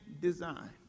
design